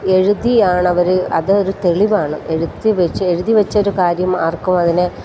എഴുതിയാണവർ അതൊരു തെളിവാണ് എഴുതിവെച്ച് എഴുതിവെച്ച ഒരു കാര്യം ആർക്കുമതിനെ